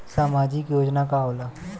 सामाजिक योजना का होला?